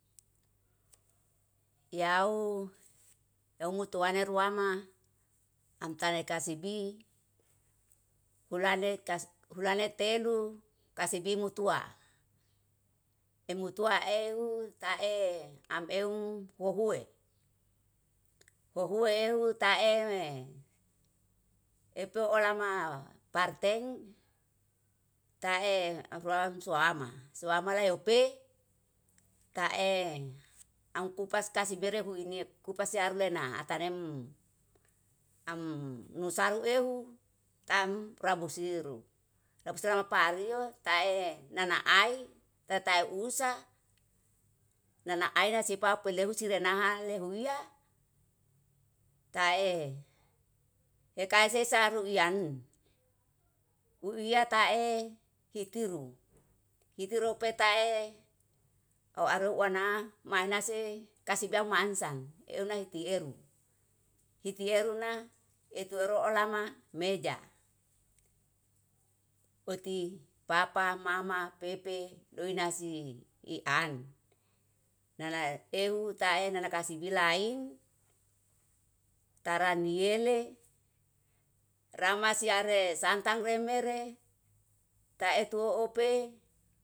Iyau yau mutuwana ruama, am tane kasibi hulane kase telu kasibi mutua emutua ehu tae am euw wohue. Wohue ehu tae epe olama parteng kae afuram suama, suama le upe kae amkupas kasibere hui niu kupas siaulena ata nem am nusaru ehu tam rabu siru, rabu siru mapario tae nanai tatae unsa nanae si papelehu sirenaha lehu wia tae ikaisesa ruwian. Uwiatae hitiru, hitiru petae auaro uana manahse kasibau maansang eunai tieru. Hitieru na etuero olama meja, uti papa, mama, pepe, doe nasi i an. Nana euw tae nana kasibilaing taraniele ramasi are santang remere taetu ope.